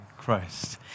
Christ